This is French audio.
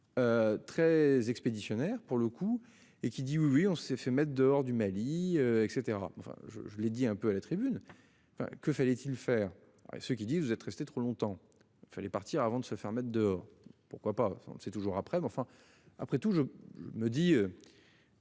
13 expéditionnaire pour le coup et qui dit oui oui on s'est fait mettre dehors du Mali et cetera enfin je je l'ai dit un peu à la tribune. Enfin, que fallait-il faire et ce qu'il dit vous êtes restés trop longtemps, il fallait partir avant de se faire mettre dehors. Pourquoi pas, on ne sait toujours après mais enfin après tout je me dis.